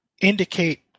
indicate